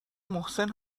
محسن